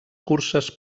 curses